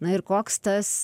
na ir koks tas